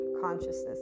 consciousness